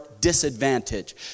disadvantage